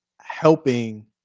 helping